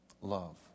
love